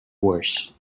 worse